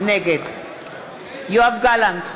נגד יואב גלנט,